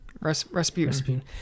Recipe